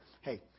Hey